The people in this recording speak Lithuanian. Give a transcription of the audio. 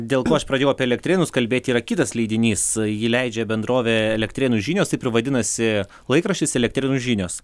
dėl ko aš pradėjau apie elektrėnus kalbėti yra kitas leidinys jį leidžia bendrovė elektrėnų žinios taip ir vadinasi laikraštis elektrėnų žinios